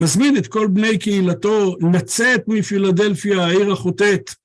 מזמין את כל בני קהילתו לצאת מפילדלפיה, העיר החוטאת.